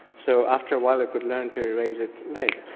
so after a while it would learn to raise its leg.